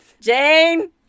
Jane